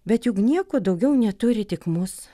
bet juk nieko daugiau neturi tik mus